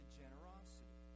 generosity